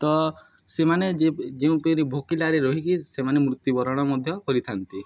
ତ ସେମାନେ ଯେ ଯେଉଁପରି ଭୋକିଲାରେ ରହିକି ସେମାନେ ମୃତ୍ୟୁବରଣ ମଧ୍ୟ କରିଥାନ୍ତି